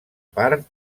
part